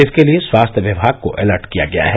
इसके लिये स्वास्थ्य विभाग को एलर्ट किया गया है